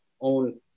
own